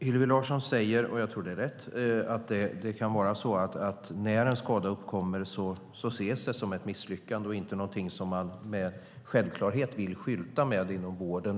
Hillevi Larsson säger, och jag tror att det är rätt, att när en skada uppkommer ses det som ett misslyckande, inte någonting som man med en självklarhet vill skylta med inom vården.